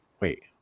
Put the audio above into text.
wait